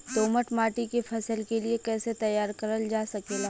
दोमट माटी के फसल के लिए कैसे तैयार करल जा सकेला?